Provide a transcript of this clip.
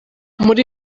muri